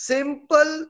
Simple